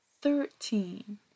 thirteen